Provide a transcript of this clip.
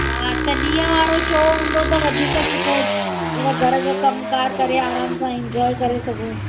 हा त ॾींहुं वारो शो हूंदो त वधीक सुठो घर जो कमकार करे आराम सां एंजॉए करे सघूं